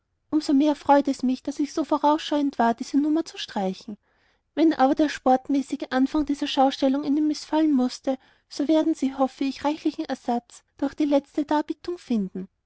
so mehr freut es mich daß ich so voraussehend war diese nummer zu streichen wenn aber der sportmäßige anfang dieser schaustellung ihnen mißfallen mußte so werden sie hoffe ich reichlichen ersatz durch die letzte darbietung finden